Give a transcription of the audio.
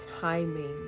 timing